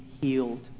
healed